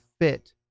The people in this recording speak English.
fit